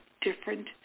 different